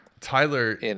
Tyler